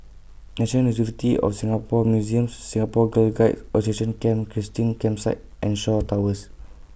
National University of Singapore Museums Singapore Girl Guides Association Camp Christine Campsite and Shaw Towers